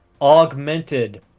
augmented